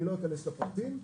אני לא אכנס לפרטים,